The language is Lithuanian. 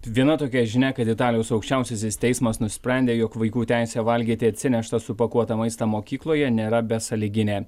viena tokia žinia kad italijos aukščiausiasis teismas nusprendė jog vaikų teisė valgyti atsineštą supakuotą maistą mokykloje nėra besąlyginė